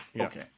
Okay